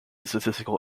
statistical